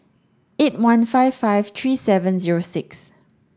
eight one five five three seven zero six